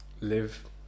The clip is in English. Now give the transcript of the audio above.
live